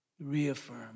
Reaffirm